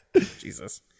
Jesus